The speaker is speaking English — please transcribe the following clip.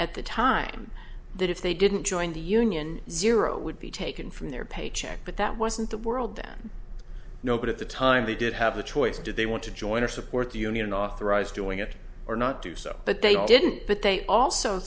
at the time that if they didn't join the union zero would be taken from their paycheck but that wasn't the world then no but at the time they did have a choice do they want to join or support the union authorize doing it or not do so but they didn't but they also